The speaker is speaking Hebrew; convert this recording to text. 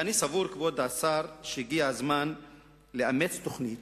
אני סבור, כבוד השר, שהגיע הזמן לאמץ תוכנית